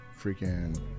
freaking